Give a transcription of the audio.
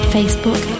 Facebook